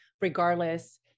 regardless